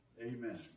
Amen